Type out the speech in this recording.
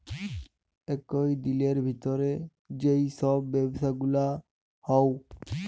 একই দিলের ভিতর যেই সব ব্যবসা গুলা হউ